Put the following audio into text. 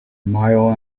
mile